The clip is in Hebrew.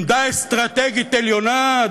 עמדה אסטרטגית עליונה,